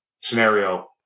scenario